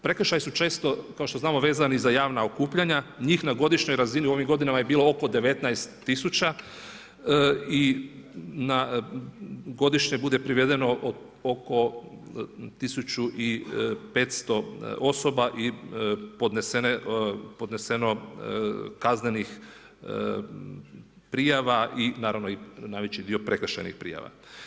Prekršaji su često, kao što znamo vezani za javna okupljanja, njih na godišnjoj razini u ovim godinama je bilo oko 19000 i na godišnje bude privedeno oko 1500 osoba i podneseno kaznenih prijava i naravno, najveći dio prekršajnih prijava.